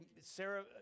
Sarah